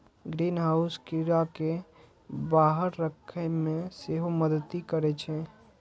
greenhouse कीड़ा कें बाहर राखै मे सेहो मदति करै छै